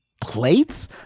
plates